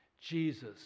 Jesus